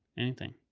anything.